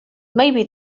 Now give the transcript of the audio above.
maybe